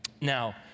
Now